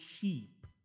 cheap